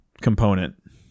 component